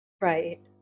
Right